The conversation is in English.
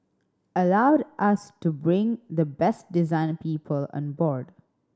allowed us to bring the best design people on board